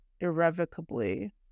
irrevocably